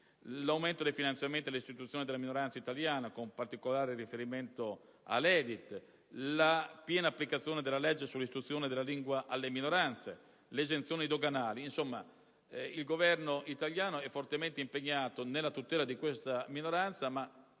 l'aumento dei finanziamenti alle istituzioni della minoranza italiana (con particolare riferimento all'EDIT), la piena applicazione della legge sull'istruzione nella lingua delle minoranze, la continuazione dell'esenzione doganale e dell'IVA. In sostanza, il Governo italiano è fortemente impegnato nella tutela di questa minoranza, ma